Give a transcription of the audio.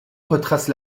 retrace